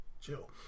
Chill